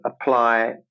apply